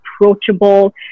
approachable